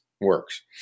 works